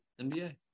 NBA